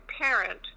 parent